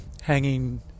hanging